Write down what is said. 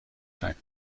zijn